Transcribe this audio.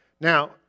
Now